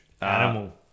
animal